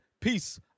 Peace